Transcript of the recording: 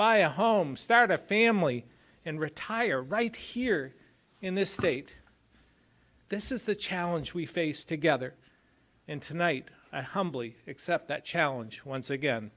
buy a home start a family and retire right here in this state this is the challenge we face together in tonight i humbly accept that challenge once again